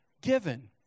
given